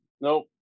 Nope